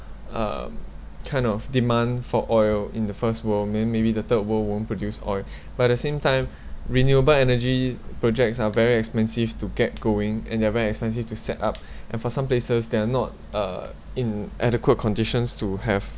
um kind of demand for oil in the first world then maybe the third world won't produce oil but at the same time renewable energy projects are very expensive to get going and they're very expensive to set up and for some places there are not uh in adequate conditions to have